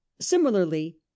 similarly